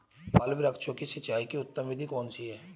फल वृक्षों की सिंचाई की उत्तम विधि कौन सी है?